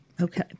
Okay